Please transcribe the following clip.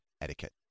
etiquette